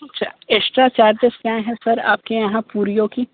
अच्छा extra charges क्या हैं सर आपके यहाँ पूरियों की